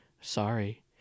Sorry